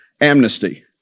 amnesty